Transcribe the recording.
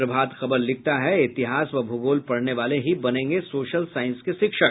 प्रभात खबर लिखता है इतिहास व भूगोल पढ़ने वाले ही बनेंगे सोशल साइंस के शिक्षक